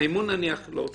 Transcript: הרבה